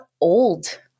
old